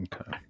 okay